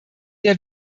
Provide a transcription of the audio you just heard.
der